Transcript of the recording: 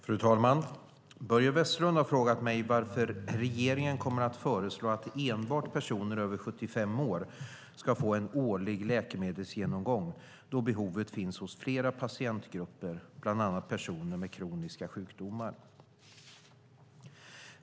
Fru talman! Börje Vestlund har frågat mig varför regeringen kommer att föreslå att enbart personer över 75 år ska få en årlig läkemedelsgenomgång, då behovet finns hos flera patientgrupper, bland annat personer med kroniska sjukdomar.